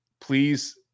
Please